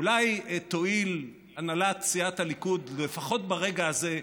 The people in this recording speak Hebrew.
אולי תואיל הנהלת סיעת הליכוד, לפחות ברגע הזה,